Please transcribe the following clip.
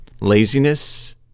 laziness